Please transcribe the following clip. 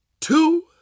two